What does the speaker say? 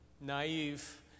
naive